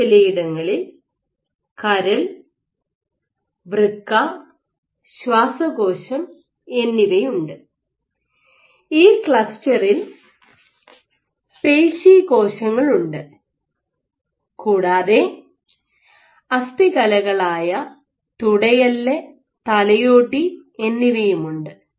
മറ്റു ചിലയിടങ്ങളിൽ കരൾ വൃക്ക ശ്വാസകോശം എന്നിവയുണ്ട് ഈ ക്ലസ്റ്ററിൽ പേശികോശങ്ങളുണ്ട് കൂടാതെ അസ്ഥികലകളായ തുടയെല്ല് തലയോട്ടി എന്നിവയുമുണ്ട്